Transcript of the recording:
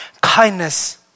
kindness